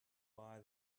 buy